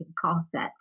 concept